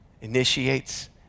initiates